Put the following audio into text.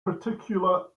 particular